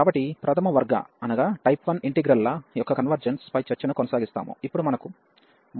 కాబట్టి ప్రధమ వర్గ ఇంటిగ్రల్ ల యొక్క కన్వర్జెన్స్ పై చర్చను కొనసాగిస్తాము